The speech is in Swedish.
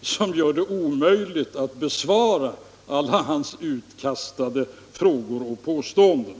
som gör det omöjligt att besvara alla hans utkastade frågor och påståenden.